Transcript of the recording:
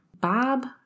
Bob